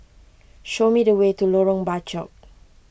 show me the way to Lorong Bachok